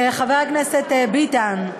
חבר הכנסת ביטן,